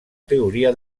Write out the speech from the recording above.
teoria